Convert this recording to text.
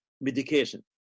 medication